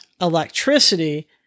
electricity